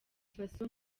faso